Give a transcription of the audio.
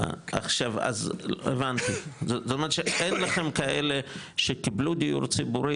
זאת אומרת שאין לכם כאלה שקיבלו דיור ציבורי